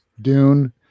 Dune